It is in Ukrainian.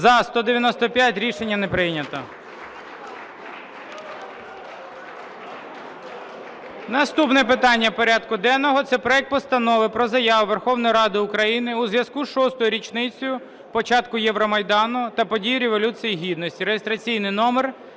За-195 Рішення не прийнято. Наступне питання порядку денного – це проект Постанови про Заяву Верховної Ради України у зв'язку з шостою річницею початку Євромайдану та подій Революції Гідності